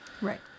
Right